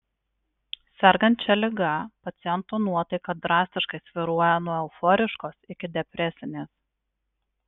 sergant šia liga paciento nuotaika drastiškai svyruoja nuo euforiškos iki depresinės